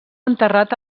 enterrat